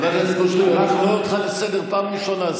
חבר הכנסת קושניר, אני קורא אותך לסדר פעם ראשונה.